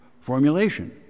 formulation